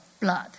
blood